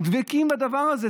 דבקים בדבר הזה,